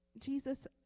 Jesus